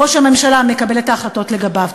ראש הממשלה מקבל את ההחלטות לגביו.